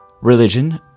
Religion